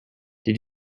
did